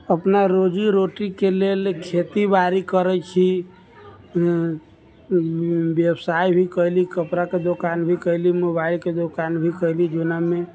अपना रोजी रोटीके लेल खेतीबाड़ी करै छी बेबसाइ भी कएली कपड़ाके दोकान भी कएली मोबाइलके दोकान भी कएली जोनामे